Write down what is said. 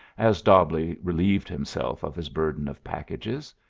as dobbleigh relieved himself of his burden of packages.